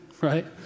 right